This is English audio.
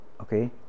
okay